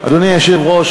אדוני היושב-ראש,